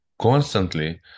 constantly